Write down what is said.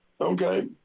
Okay